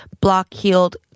block-heeled